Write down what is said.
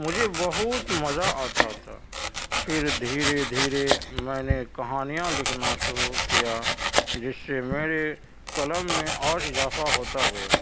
مجھے بہت مزہ آتا تھا پھر دھیرے دھیرے میں نے کہانیاں لکھنا شروع کیا جس سے میرے قلم میں اور اضافہ ہوتا گیا